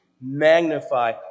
magnify